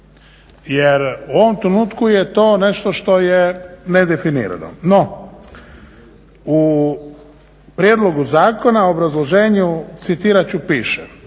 Jer u ovom trenutku je to nešto što je nedefinirano. No, u prijedlogu zakona, obrazloženju citirat ću piše: